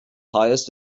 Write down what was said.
highest